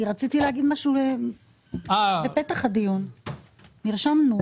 אני רציתי להגיד משהו בפתח הדיון, נרשמנו.